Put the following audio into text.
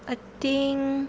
I think